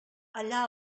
allà